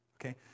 Okay